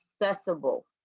accessible